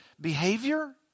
behavior